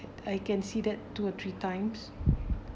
I can see that two or three times